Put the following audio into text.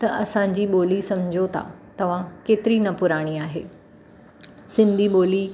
त असांजी ॿोली सम्झो था तव्हां केतिरी न पुराणी आहे सिंधी ॿोली